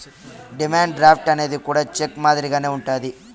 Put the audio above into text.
demand draft అనేది కూడా cheque మాదిరిగానే ఉంటది